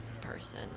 person